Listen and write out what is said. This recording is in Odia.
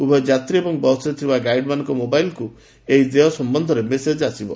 ଉଭୟ ଯାତ୍ରୀ ଏବଂ ବସ୍ରେ ଥିବା ଗାଇଡ୍ଙ୍ ମୋବାଇଲକୁ ଏହି ଦେୟ ସମ୍ମଧ୍ଧରେ ମେସେଜ୍ ଆସିବ